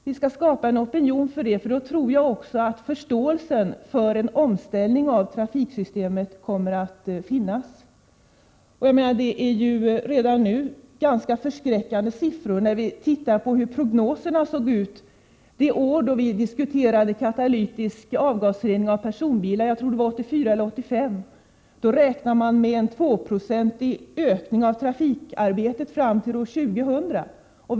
Om vi skapar en sådan opinion, tror jag också att förståelsen för en omställning av trafiksystemet kommer att finnas. Redan nu kan vi se förskräckande siffror om vi studerar prognoserna från det år då vi diskuterade katalytisk avgasrening av personbilar. Det var 1984 eller möjligen 1985. Då räknade man med en 2-procentig ökning av trafikarbetet fram till år 2000.